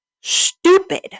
stupid